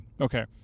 okay